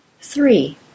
Three